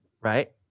right